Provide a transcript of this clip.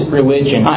religion